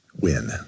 win